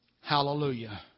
Hallelujah